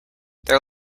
their